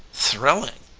thrilling!